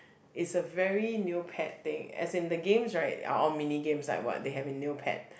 it's a very neo pet thing as in the games right are all mini games like what they have a neo pet